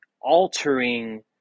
altering